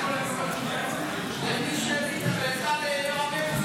ההצעה להעביר את